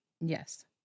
Yes